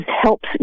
helps